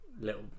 little